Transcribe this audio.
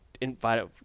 invite